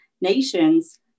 nations